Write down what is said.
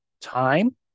time